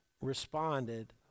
responded